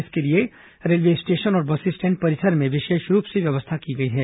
इसके लिए railway station और बस स्टैंड परिसर में विशेष रूप से व्यवस्था की गई है